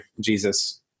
Jesus